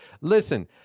Listen